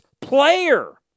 player